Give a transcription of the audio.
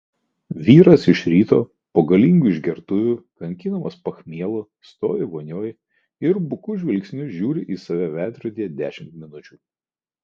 vyras iš ryto po galingų išgertuvių kankinamas pachmielo stovi vonioj ir buku žvilgsniu žiūri į save veidrodyje dešimt minučių